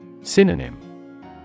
Synonym